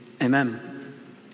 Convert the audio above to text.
Amen